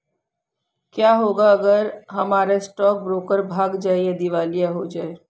क्या होगा अगर हमारा स्टॉक ब्रोकर भाग जाए या दिवालिया हो जाये?